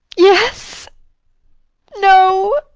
yes no